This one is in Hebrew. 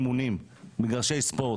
אדוני יושב הראש,